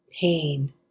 pain